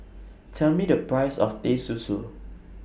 Tell Me The Price of Teh Susu